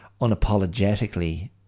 unapologetically